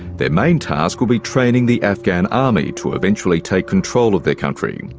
their main task will be training the afghan army to eventually take control of their country.